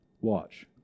Watch